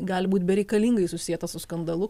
gali būt bereikalingai susieta su skandalu